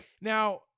Now